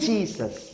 Jesus